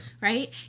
right